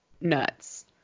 nuts